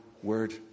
word